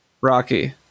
Rocky